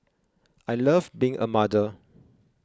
I love being a mother